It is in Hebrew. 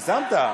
הגזמת.